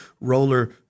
roller